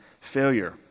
failure